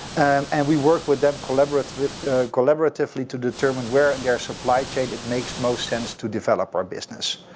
and we work with them collaboratively collaboratively to determine where in their supply chain it makes most sense to develop our business.